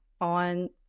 on